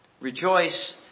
Rejoice